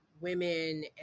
women